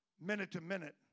minute-to-minute